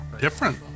different